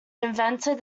invented